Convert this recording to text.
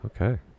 Okay